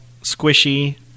squishy